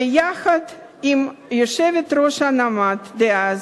ויחד עם יושבת-ראש "נעמת" דאז,